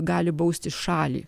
gali bausti šalį